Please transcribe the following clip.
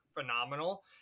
phenomenal